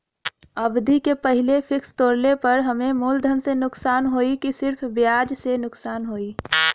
अवधि के पहिले फिक्स तोड़ले पर हम्मे मुलधन से नुकसान होयी की सिर्फ ब्याज से नुकसान होयी?